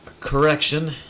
correction